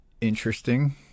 interesting